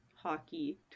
Hockey